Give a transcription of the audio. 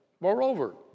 Moreover